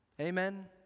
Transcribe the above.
Amen